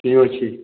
କିଏ ଅଛି